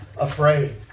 afraid